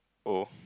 oh